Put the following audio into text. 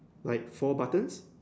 like four buttons